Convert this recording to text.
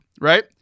Right